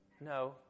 No